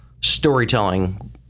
storytelling